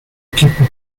equipo